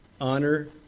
Honor